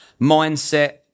mindset